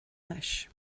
leis